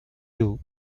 you